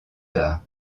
tard